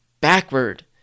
Backward